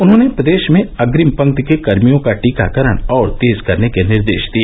उन्होंने प्रदेश में अग्रिम पंक्ति के कर्मियों का टीकाकरण और तेज करने के निर्देश दिए